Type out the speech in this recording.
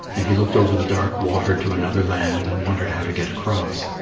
and he looked over the dark water to another land and wondered how to get across.